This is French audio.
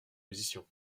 position